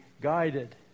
guided